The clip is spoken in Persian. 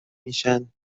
میشن